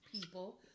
people